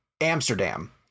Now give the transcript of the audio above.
Amsterdam